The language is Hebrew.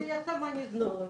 אני אומר: